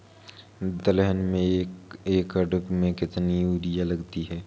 दलहन में एक एकण में कितनी यूरिया लगती है?